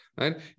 right